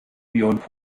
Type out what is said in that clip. beyond